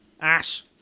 Ash